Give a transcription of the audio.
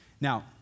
Now